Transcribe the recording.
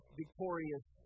victorious